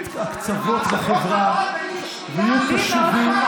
ושייצגו את הקצוות בחברה ויהיו קשובים,